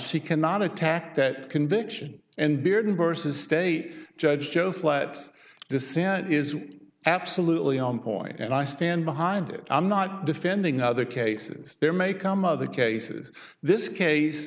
she cannot attack that conviction and bearden versus state judge joe flats dissent is absolutely on point and i stand behind it i'm not defending other cases there may come other cases this case